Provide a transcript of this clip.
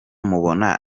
mubona